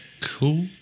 Cool